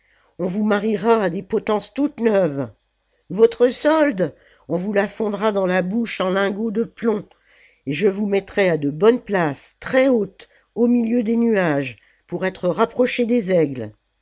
on vous mariera à des potences toutes neuves votre solde on vous la fondra dans la bouche en lingots de plomb et je vous mettrai à de bonnes places très hautes au milieu des nuages pour être rapprochés des aigles